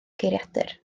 geiriadur